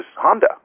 Honda